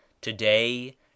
today